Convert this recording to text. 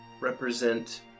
represent